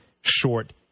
short